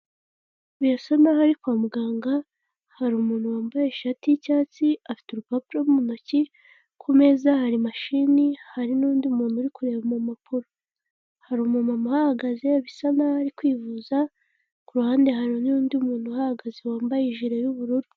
Birasa n'aho ari kwa muganga, hari umuntu wambaye ishati y'icyatsi, afite urupapuro mu ntoki, ku meza hari mashini, hari n'undi muntu uri kureba mu mpapuro. Hari umumama uhahagaze bisa n'aho ari kwivuza, ku ruhande hari n'undi muntu uhahagaze wambaye ijire y'ubururu.